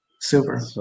Super